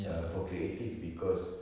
uh for creative because